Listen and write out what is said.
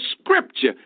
scripture